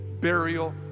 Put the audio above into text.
burial